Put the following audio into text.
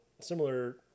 similar